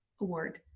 award